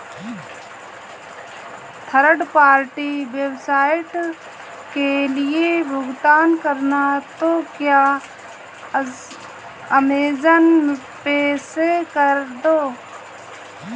third party website के लिए भुगतान करना है तो क्या अमेज़न पे से कर दो